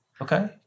Okay